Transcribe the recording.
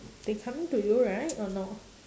they coming to you right or no